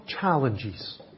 challenges